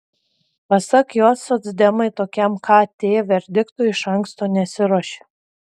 pasak jo socdemai tokiam kt verdiktui iš anksto nesiruošė